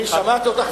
אני שמעתי אותך,